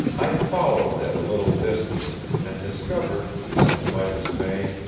i followed at a little distance, and discovered, much to my dismay,